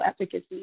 efficacy